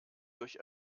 durch